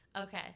Okay